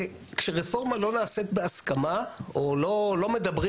כשרפורמה לא נעשית בהסכמה או לא מדברים